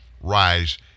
rise